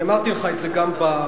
אני אמרתי לך את זה גם בוועדה.